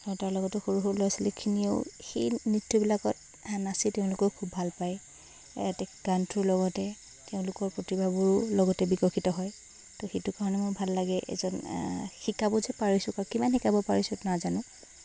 আৰু তাৰ লগতো সৰু সৰু ল'ৰা ছোৱালীখিনিয়েও সেই নৃত্যবিলাকত নাচি তেওঁলোকেও খুব ভাল পায় গানটোৰ লগতে তেওঁলোকৰ প্ৰতিভাবোৰো লগতে বিকশিত হয় তো সেইটো কাৰণে মোৰ ভাল লাগে এজন শিকাব যে পাৰিছোঁ কিমান শিকাব পাৰিছোঁ নাজানো